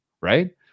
Right